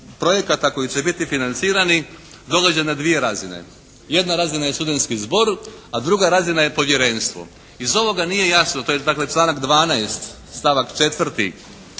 projekata koji će biti financirani događa na dvije razine. Jedna razina je studentski zbor, a druga razina je povjerenstvo. Iz ovoga nije jasno, to je dakle članak 12. stavak 4.